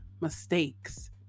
mistakes